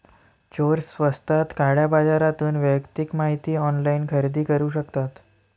चोर स्वस्तात काळ्या बाजारातून वैयक्तिक माहिती ऑनलाइन खरेदी करू शकतात